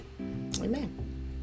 Amen